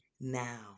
now